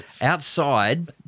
Outside